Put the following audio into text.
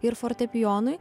ir fortepijonui